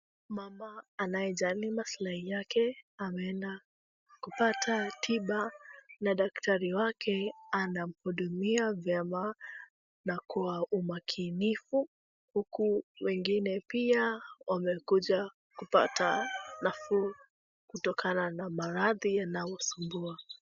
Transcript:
Mama anayejali maslahi yake ameenda kupata tiba na daktari wake anamhudumia vyema na kwa umakinifu huku wengine pia wamekuja kupata nafuu kutokana na maradhi yanayosumbua.